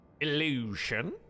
illusion